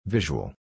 Visual